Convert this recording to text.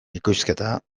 bikoizketa